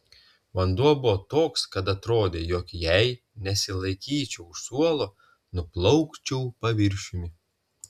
vanduo buvo toks kad atrodė jog jei nesilaikyčiau už suolo nuplaukčiau paviršiumi